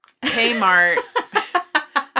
Kmart